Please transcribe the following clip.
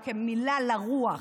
או כמילה לרוח.